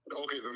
Okay